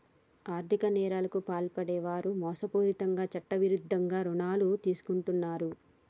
ఆర్ధిక నేరాలకు పాల్పడే వారు మోసపూరితంగా చట్టవిరుద్ధంగా రుణాలు తీసుకుంటరు